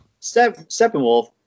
Steppenwolf